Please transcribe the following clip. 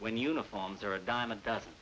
when uniforms are a dime a dozen